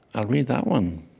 i'll read that one